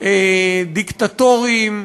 משטרים דיקטטוריים,